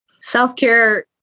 Self-care